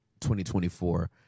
2024